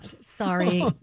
sorry